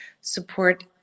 support